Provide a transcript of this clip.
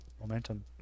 Momentum